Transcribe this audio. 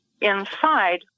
inside